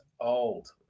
old